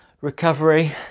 recovery